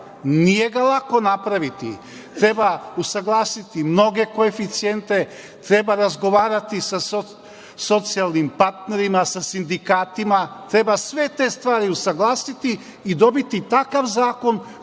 nije ga lako napraviti, treba usaglasiti mnoge koeficijente, treba razgovarati sa socijalnim partnerima, sa sindikatima. Treba sve te stvari usaglasiti i dobiti takav zakon koji